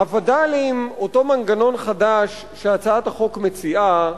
הווד"לים, אותו מנגנון חדש שהצעת החוק מציעה,